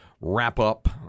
wrap-up